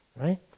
Right